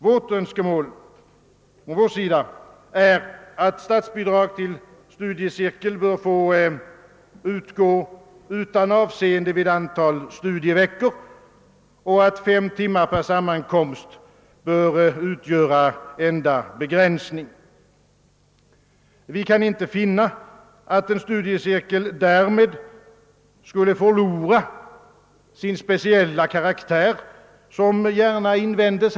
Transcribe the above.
Vi önskar därvidlag att statsbidrag till studiecirkel bör kunna utgå utan avseende vid antal studieveckor samt att fem timmar per sammankomst bör utgöra den enda begränsningen. Vi kan inte finna att en studiecirkel därmed skulle förlora sin speciella karaktär — som man ofta invänder.